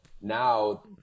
now